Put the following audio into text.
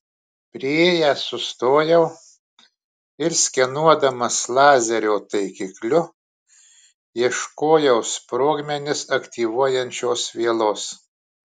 priėjęs sustojau ir skenuodamas lazerio taikikliu ieškojau sprogmenis aktyvuojančios vielos